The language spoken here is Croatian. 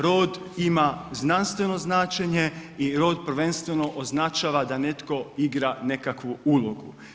Rod imam znanstveno značenje i rod prvenstveno označava da netko igra nekakvu ulogu.